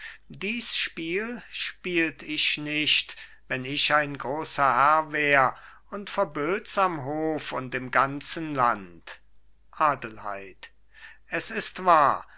dies spiel spielt ich nicht wenn ich ein großer herr wär und verböt's am hofe und im ganzen land adelheid es ist wahr